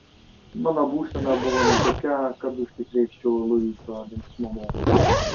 mano būsena buvo ne tokia kad užsikrėsčiau luiso linksmumu